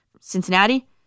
Cincinnati